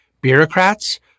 bureaucrats